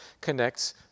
connects